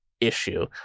issue